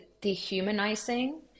dehumanizing